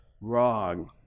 Wrong